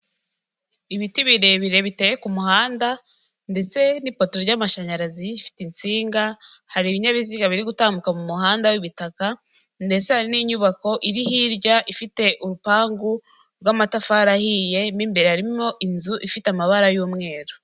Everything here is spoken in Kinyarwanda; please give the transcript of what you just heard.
Ibiti birebire biteye ku muhanda ndetse n'ipoto ry'amashanyarazi ifite insinga, hari ibinyabiziga biri gutambuka mu muhanda w'ibitaka ndetse hari n'inyubako iri hirya ifite urupangu rw'amatafari ahiye mu imbere harimo inzu ifite amabara y'umweru.